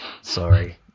Sorry